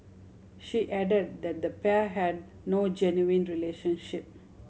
she added that the pair had no genuine relationship